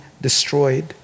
destroyed